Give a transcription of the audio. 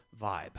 vibe